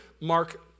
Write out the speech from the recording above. Mark